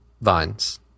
vines